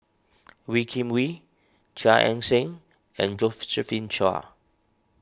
Wee Kim Wee Chia Ann Siang and Josephine Chia